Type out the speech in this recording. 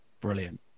Brilliant